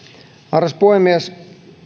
arvoisa puhemies